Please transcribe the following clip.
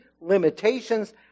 limitations